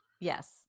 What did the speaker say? Yes